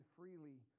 freely